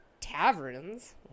Taverns